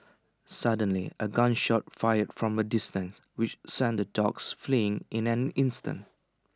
suddenly A gun shot fired from A distance which sent the dogs fleeing in an instant